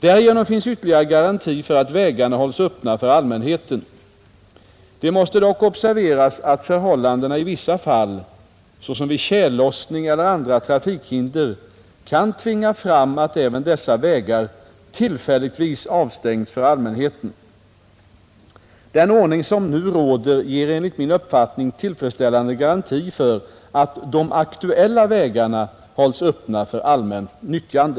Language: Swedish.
Därigenom finns ytterligare garanti för att vägarna hålls öppna för allmänheten. Det måste dock observeras att förhållandena i vissa fall — såsom vid tjällossning eller andra trafikhinder — kan tvinga fram att även dessa vägar tillfälligtvis avstängs för allmänheten. Den ordning som nu råder ger enligt min uppfattning tillfredsställande garanti för att de aktuella vägarna hålls öppna för allmänt nyttjande.